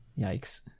yikes